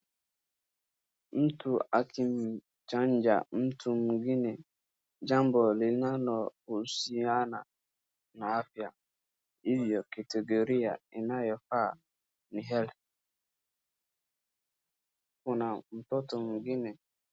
Mtu akimchanja mtu mwingine jambo linalohusiana na afya. Hivyo kategoria inayofaa ni health . Kuna mtoto mwingine.